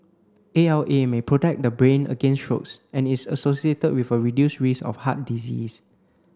A L A may protect the brain against strokes and is associated with a reduced risk of heart disease